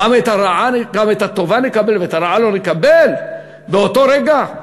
גם את הטובה נקבל ואת הרעה לא נקבל באותו רגע?